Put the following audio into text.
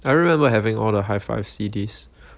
I remember having all the high five C_Ds